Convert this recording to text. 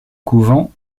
couvent